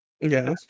Yes